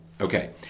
okay